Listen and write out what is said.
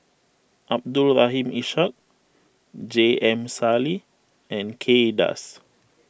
Abdul Rahim Ishak J M Sali and Kay Das